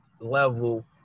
level